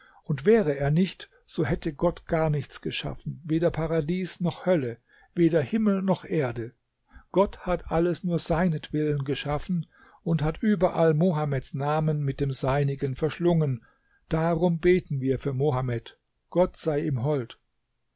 und wäre er nicht so hätte gott gar nichts geschaffen weder paradies noch hölle weder himmel noch erde gott hat alles nur seinetwillen geschaffen und hat überall mohammeds namen mit dem seinigen verschlungen darum beten wir für mohammed